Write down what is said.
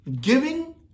Giving